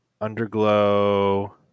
underglow